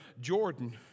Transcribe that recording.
Jordan